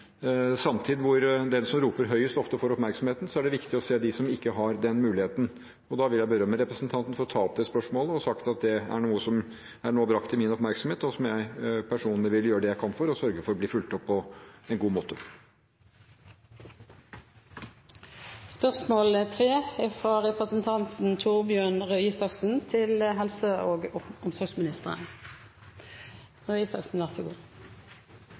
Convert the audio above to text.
hvor den som roper høyest, ofte får oppmerksomheten, er det viktig å se de som ikke har den muligheten. Derfor vil jeg berømme representanten for ta opp dette spørsmålet, og jeg vil ha sagt at dette er noe som jeg nå er blitt oppmerksom på, og som jeg personlig vil gjøre det jeg kan for å sørge for blir fulgt opp på en god